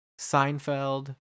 Seinfeld